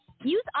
Use